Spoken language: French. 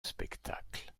spectacle